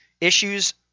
issues